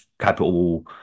capital